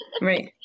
right